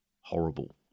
horrible